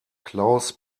klaus